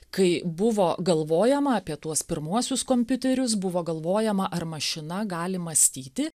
kai buvo galvojama apie tuos pirmuosius kompiuterius buvo galvojama ar mašina gali mąstyti